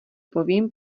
povím